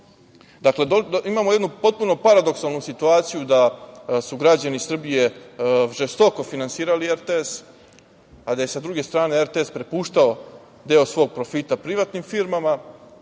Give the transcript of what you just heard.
usluge. Imamo jednu potpuno paradoksalnu situaciju da su građani Srbije žestoko finansirali RTS, a da je sa druge strane RTS prepuštao deo svog profita privatnim firmama